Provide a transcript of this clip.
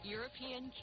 European